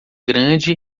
grande